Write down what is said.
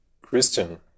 Christian